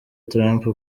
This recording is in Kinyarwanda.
trump